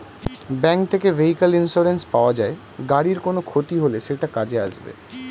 bank থেকে vehicle insurance পাওয়া যায়, গাড়ির কোনো ক্ষতি হলে সেটা কাজে আসবে